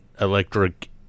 electric